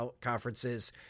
conferences